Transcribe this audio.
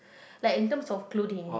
like in terms of clothing